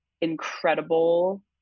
incredible